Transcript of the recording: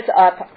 up